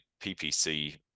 PPC